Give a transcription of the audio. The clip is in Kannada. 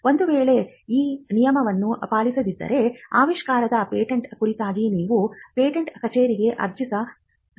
ಒಂದು ವೇಳೆ ಈ ನಿಯಮವನ್ನು ಪಾಲಿಸದಿದ್ದರೆ ಆವಿಷ್ಕಾರದ ಪೇಟೆಂಟ್ ಕುರಿತಾಗಿ ನೀವು ಪೇಟೆಂಟ್ ಕಚೇರಿಗೆ ಅರ್ಜಿ ಸಲ್ಲಿಸಲಾಗುವುದಿಲ್ಲ